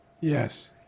Yes